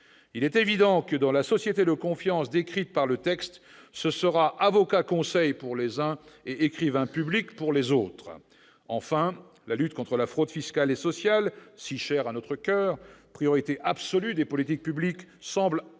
Il est évident que, dans la société de confiance décrite par le texte, ce sera avocat-conseil pour les uns, et écrivain public pour les autres ... Enfin, la lutte contre la fraude fiscale et sociale, si chère à nos coeurs et priorité absolue des politiques publiques, semble curieusement